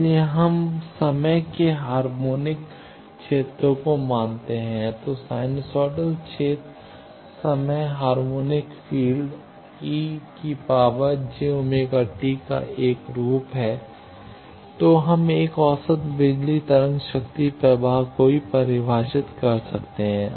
इसलिए यदि हम समय के हार्मोनिक क्षेत्रों को मानते हैं तो साइनसोइडल क्षेत्र समय हार्मोनिक फ़ील्ड e jωt का एक रूप है तो हम एक औसत बिजली तरंग शक्ति प्रवाह को भी परिभाषित कर सकते हैं